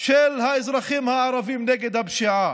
של האזרחים הערבים נגד הפשיעה.